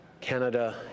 Canada